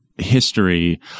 history